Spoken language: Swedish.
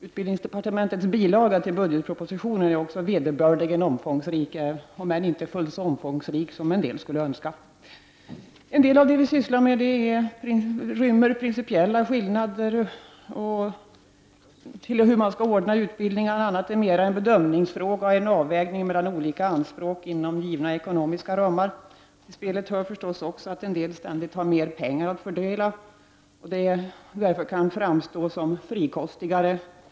Utbildningsdepartementets bilaga till budgetpropositionen är också vederbörligen omfångsrik, om än inte fullt så omfångsrik som en del skulle önska. En del av det vi sysslar med rymmer principiellt skilda inställningar till hur man skall ordna utbildningen. Annat är mera en bedömningsfråga och en avvägning mellan olika anspråk inom givna ekonomiska ramar. Till spelet hör förstås också att en del ständigt har mera pengar att fördela och därför kan framstå som frikostigare.